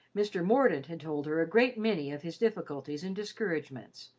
mr. mordaunt had told her a great many of his difficulties and discouragements,